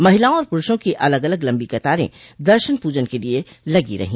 महिलाओं और पुरूषों की अलग अलग लम्बी कतारें दर्शन पूजन के लिए लगी रहीं